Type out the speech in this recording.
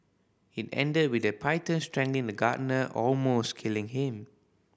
it ended with the python strangling the gardener almost killing him